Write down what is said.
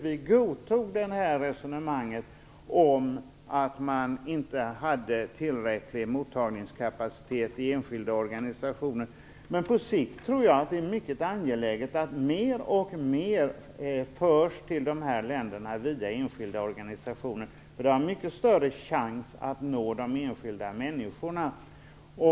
Vi godtog resonemanget om att man i enskilda organisationer inte hade tillräcklig mottagningskapacitet, men på sikt tror jag att det är mycket angeläget att mer och mer förs till de här länderna via enskilda organisationer - biståndet har då mycket större chans att nå de enskilda människorna.